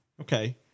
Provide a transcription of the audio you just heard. Okay